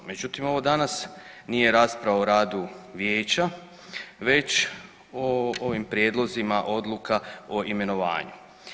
Međutim ovo danas nije rasprava o radu vijeća već o ovim prijedlozima odluka o imenovanju.